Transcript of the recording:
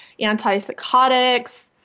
antipsychotics